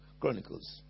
Chronicles